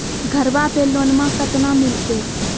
घरबा पे लोनमा कतना मिलते?